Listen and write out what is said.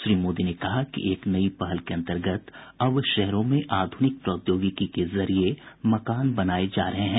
श्री मोदी ने कहा कि एक नई पहल के अंतर्गत अब शहरों में आधुनिक प्रौद्योगिकी के जरिये मकान बनाये जा रहे हैं